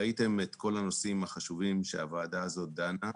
ראיתם את כל הנושאים החשובים שהוועדה הזאת דנה בהם.